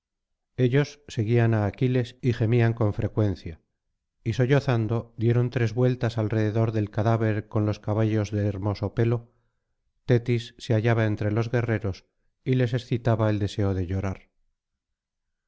ellos seguían á aquiles y gemían con frecuencia y sollozando dieron tres vueltas alrededor del cadáver con los caballos de hermoso pelo tetis se hallaba entre los guerreros y les excitaba el deseo de llorar